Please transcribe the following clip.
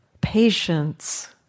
patience